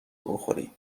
بخوری